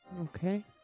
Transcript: Okay